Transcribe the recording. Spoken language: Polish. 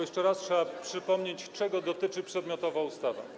Jeszcze raz trzeba przypomnieć, czego dotyczy przedmiotowa ustawa.